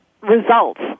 results